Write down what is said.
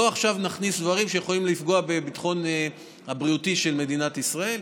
לא נכניס עכשיו דברים שיכולים לפגוע בביטחון הבריאותי של מדינת ישראל.